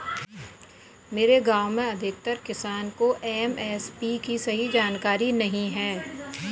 मेरे गांव में अधिकतर किसान को एम.एस.पी की सही जानकारी नहीं है